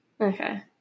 Okay